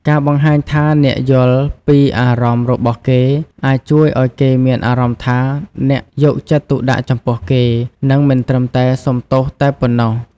ការបង្ហាញថាអ្នកយល់ពីអារម្មណ៍របស់គេ អាចជួយឱ្យគេមានអារម្មណ៍ថាអ្នកយកចិត្តទុកដាក់ចំពោះគេ និងមិនត្រឹមតែសុំទោសតែប៉ុណ្ណោះ។